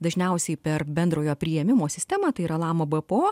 dažniausiai per bendrojo priėmimo sistemą tai yra lama bpo